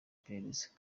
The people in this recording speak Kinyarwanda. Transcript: iperereza